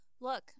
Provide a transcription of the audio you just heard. Look